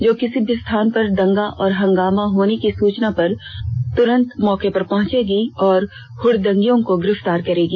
जो किसी भी स्थान पर दंगा और हंगामा होने की सूचना पर तुरंत मौके पर पहुंचेगी और हड़दंगियों को गिरफ्तार करेगी